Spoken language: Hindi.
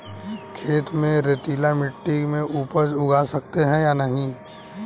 खेत में रेतीली मिटी में उपज उगा सकते हैं या नहीं?